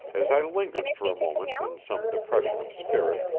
as i lingered for a moment in some depression of spirit,